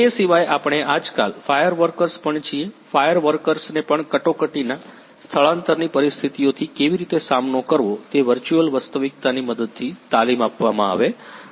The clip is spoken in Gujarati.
તે સિવાય આપણે આજકાલ ફાયર વર્કર્સ પણ છીએ ફાયર વર્કર્સ ને પણ કટોકટીના સ્થળાંતરની પરિસ્થિતિઓથી કેવી રીતે સામનો કરવો તે વર્ચુઅલ વાસ્તવિકતાની મદદથી તાલીમ આપવામાં આવે છે